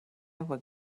were